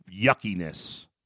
yuckiness